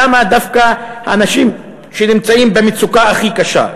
למה דווקא האנשים שנמצאים במצוקה הכי קשה?